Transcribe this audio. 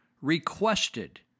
Requested